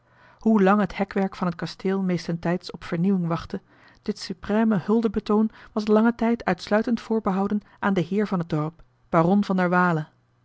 hoe dringend sommig hekwerk van het kasteel vernieuwing noodig had dit suprême huldebetoon was langen tijd uitsluitend voorbehouden aan den heer van het dorp baron van der waele